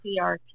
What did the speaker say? CRT